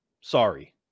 Sorry